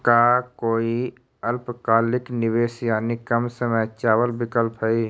का कोई अल्पकालिक निवेश यानी कम समय चावल विकल्प हई?